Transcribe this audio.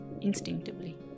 instinctively